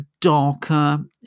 darker